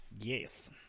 yes